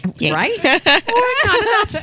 Right